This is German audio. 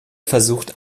versucht